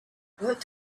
worked